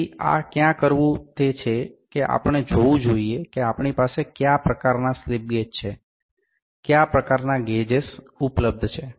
તેથી આ ક્યાં કરવું તે છે કે આપણે જોવું જોઈએ કે આપણી પાસે કયા પ્રકારનાં સ્લિપ ગેજ છે કયા પ્રકારનાં ગેજ્સ ઉપલબ્ધ છે